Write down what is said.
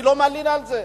אני לא מלין על זה,